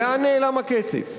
לאן נעלם הכסף?